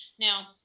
Now